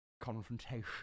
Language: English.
confrontation